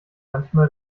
manchmal